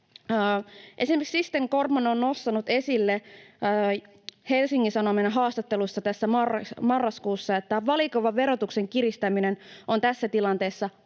Esimerkiksi Sixten Korkman on nostanut esille Helsingin Sanomien haastattelussa marraskuussa, että valikoiva verotuksen kiristäminen on tässä tilanteessa